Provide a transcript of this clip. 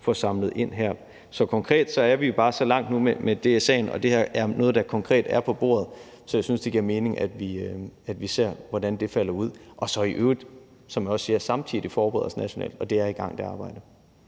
får samlet ind her. Så vi er bare så langt nu med DSA'en, og det her er noget, der konkret er på bordet, så jeg synes, det giver mening, at vi ser, hvordan det falder ud, og så i øvrigt, som jeg også siger, samtidig forbereder os nationalt. Og det arbejde